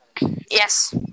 Yes